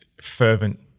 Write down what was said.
fervent